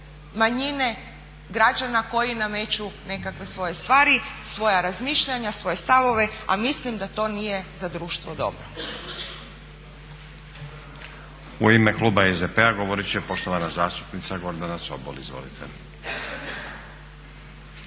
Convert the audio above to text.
manjine građana koji nameću nekakve svoje stvari, svoja razmišljanja, svoje stavove a mislim da to nije za društvo dobro. **Stazić, Nenad (SDP)** U ime kluba SDP-a govoriti će poštovana zastupnica Gordana Sobol, izvolite.